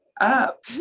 up